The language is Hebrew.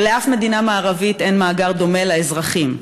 שלאף מדינה מערבית אין מאגר דומה לאזרחים,